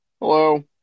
hello